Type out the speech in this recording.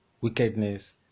wickedness